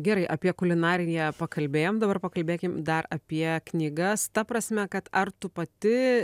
gerai apie kulinariją pakalbėjom dabar pakalbėkim dar apie knygas ta prasme kad ar tu pati